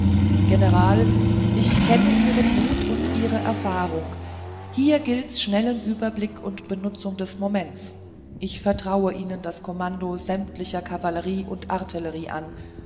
general ich kenne ihren mut und ihre erfahrung hier gilt's schnellen überblick und benutzung des moments ich vertraue ihnen das kommando sämtlicher kavallerie und artillerie an